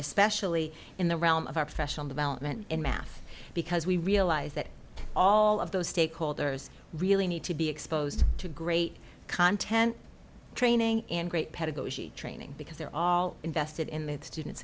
especially in the realm of our professional development in math because we realize that all of those stakeholders really need to be exposed to great content training and great pedagogy training because they're all invested in the student